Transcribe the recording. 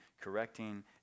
correcting